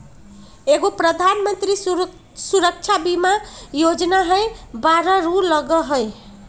एगो प्रधानमंत्री सुरक्षा बीमा योजना है बारह रु लगहई?